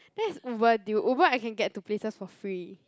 that is Uber deal Uber I can get to places for free